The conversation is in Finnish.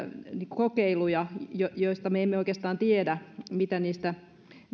kokeiluja joista me emme oikeastaan tiedä mitä niistä